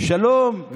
שלום?